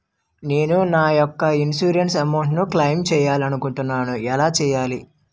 నేను నా యెక్క ఇన్సురెన్స్ అమౌంట్ ను క్లైమ్ చేయాలనుకుంటున్నా ఎలా చేయాలి?